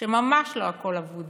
שממש לא הכול אבוד.